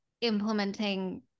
implementing